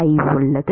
I உள்ளது